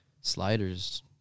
sliders